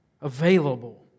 available